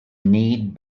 need